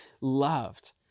loved